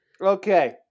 Okay